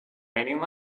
raining